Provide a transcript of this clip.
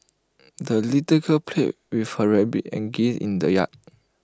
the little girl played with her rabbit and geese in the yard